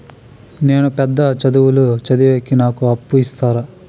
నేను పెద్ద చదువులు చదివేకి నాకు అప్పు ఇస్తారా